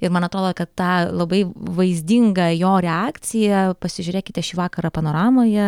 ir man atrodo kad tą labai vaizdingą jo reakciją pasižiūrėkite šį vakarą panoramoje